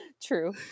True